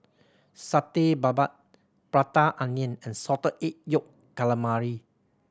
Satay Babat Prata Onion and Salted Egg Yolk Calamari